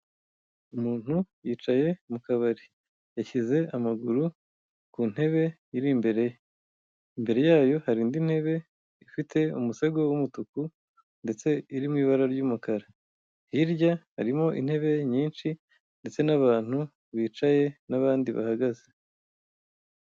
Umuntu yicaye mu kabari, yashyize amaguru ku ntebe iri imbere ye, imbere yayo hari indi ntebe ifite umusego w'umutuku ndetse iri mu ibara ry'umukara, hirya harimo intebe nyinshi ndetse n'abantu bicaye n'abandi bahagaze.